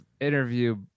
interview